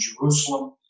Jerusalem